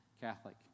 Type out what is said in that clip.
Catholic